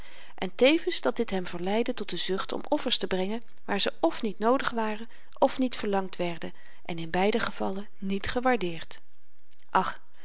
en tevens dat dit hem verleidde tot de zucht om offers te brengen waar ze f niet noodig waren f niet verlangd werden en in beide gevallen niet gewaardeerd ach